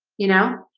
you know,